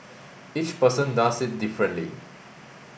each person does it differently